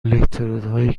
الکترودهایی